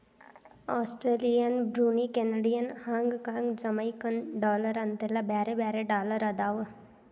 Australian Brunei Canadian Hong Kong Jamaican dollar ಅಂತೆಲ್ಲಾ ಬ್ಯಾರೆ ಬ್ಯಾರೆ ಡಾಲರ್ ಅದಾವ